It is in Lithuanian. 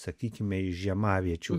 sakykime iš žiemaviečių